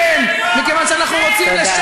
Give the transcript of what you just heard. מכיוון שאנחנו רוצים לתקן,